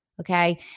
Okay